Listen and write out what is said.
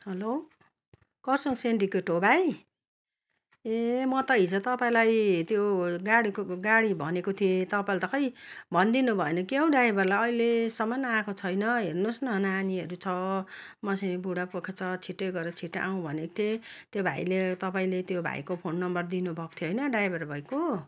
hello Kurseong syndicate हो भाइ ए म त हिजो तपाईँलाई त्यो गाडीको गाडी भनेको थिएँ तपाईँले त खै भनिदिनु भएन के हौ ड्राइभरलाई अहिलेसम्म आएको छैन हेर्नुहोस् न नानीहरू छ मसिनो बुढापाका छ छिट्टै गएर छिट्टै आउँ भनेको थिएँ त्यो भाइले तपाईँले त्यो भाइको फोन नम्बर दिनु भएको थियो होइन ड्राइभर भाइको